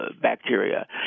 bacteria